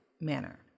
manner